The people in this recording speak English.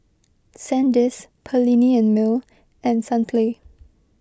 Sandisk Perllini and Mel and Sunplay